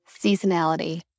Seasonality